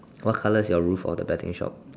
what colour is your roof of the betting shop